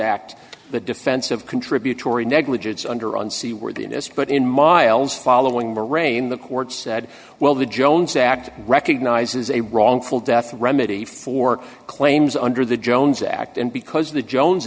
act the defense of contributory negligence under un seaworthiness but in miles following the rain the courts said well the jones act recognizes a wrongful death remedy for claims under the jones act and because of the jones